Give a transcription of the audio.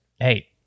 hey